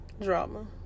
drama